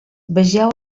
vegeu